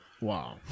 Wow